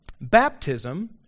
Baptism